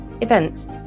events